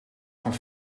van